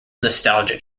nostalgia